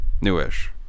New-ish